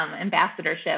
ambassadorship